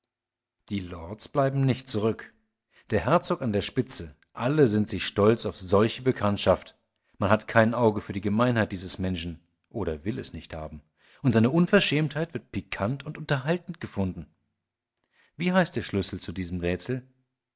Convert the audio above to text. die lords bleiben nicht zurück der herzog an der spitze alle sind sie stolz auf solche bekanntschaft man hat kein auge für die gemeinheit dieses menschen oder will es nicht haben und seine unverschämtheit wird pikant und unterhaltend gefunden wie heißt der schlüssel zu diesem rätsel